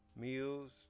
meals